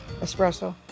espresso